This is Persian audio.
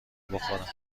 بخورم